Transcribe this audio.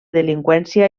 delinqüència